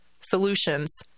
solutions